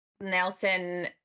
Nelson